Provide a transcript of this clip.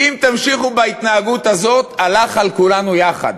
אם תמשיכו בהתנהגות הזאת, הלך על כולנו יחד.